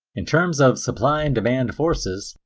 in terms of supply and demand forces,